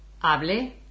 hable